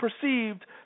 perceived